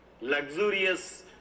luxurious